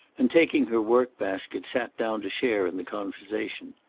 and, taking her work-basket, sat down to share in the conversation.